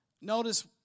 Notice